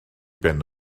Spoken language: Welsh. ben